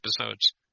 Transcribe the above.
episodes